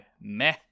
meh